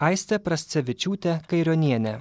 aistė prascevičiūtė kairionienė